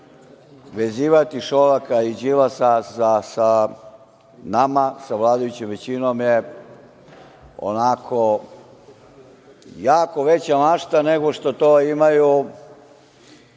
Vezivati Šolaka i Đilasa sa nama, sa vladajućom većinom je jako veća mašta nego što imaju